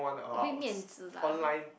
a bit 面子 lah